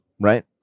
right